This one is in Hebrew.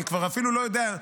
אני כבר אפילו לא יודע.